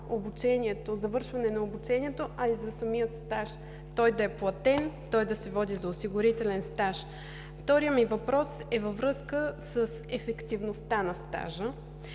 обучението, завършване на обучението, а и за самия стаж – той да е платен, той да се води за осигурителен стаж. Вторият ми въпрос е във връзка с ефективността на стажа.